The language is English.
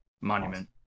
monument